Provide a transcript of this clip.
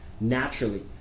naturally